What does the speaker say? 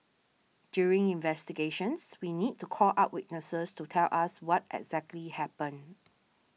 during investigations we need to call up witnesses to tell us what exactly happened